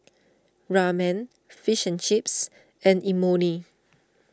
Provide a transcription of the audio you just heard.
Ramen Fish and Chips and Imoni